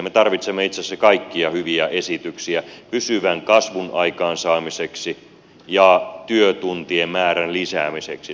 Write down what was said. me tarvitsemme itse asiassa kaikkia hyviä esityksiä pysyvän kasvun aikaansaamiseksi ja työtuntien määrän lisäämiseksi suomessa